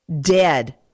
dead